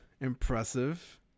impressive